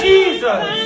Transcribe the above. Jesus